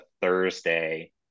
Thursday